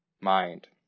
mind